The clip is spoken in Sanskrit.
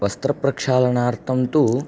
वस्त्रप्रक्षालनार्थं तु